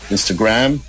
Instagram